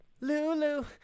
Lulu